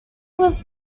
was